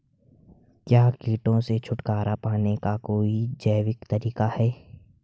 क्या कीटों से छुटकारा पाने का कोई जैविक तरीका है?